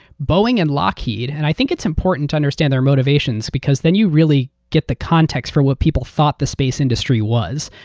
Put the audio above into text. boeing and lockheed, and i think it's important to understand their motivations because then you really get the context for what people thought the space industry was,